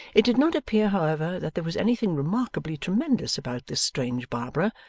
it did not appear, however, that there was anything remarkably tremendous about this strange barbara,